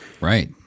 Right